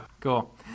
Cool